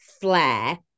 flair